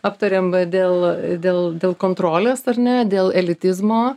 aptarėm a dėl dėl dėl kontrolės ar ne dėl elitizmo